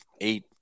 eight